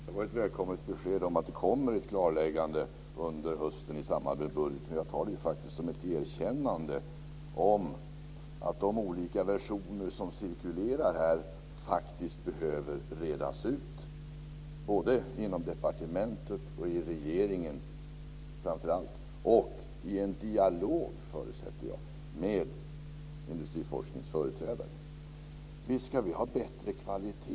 Fru talman! Det var ett välkommet besked, dvs. att det kommer ett klarläggande under hösten i samband med budgeten. Jag tar detta faktiskt som ett erkännande av att de olika versioner som här cirkulerar faktiskt behöver redas ut, både inom departementet och, framför allt, i regeringen. Dessutom förutsätter jag att det blir i dialog med industriforskningens företrädare. Visst ska vi ha bättre kvalitet!